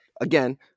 again